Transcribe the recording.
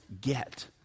get